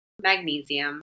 magnesium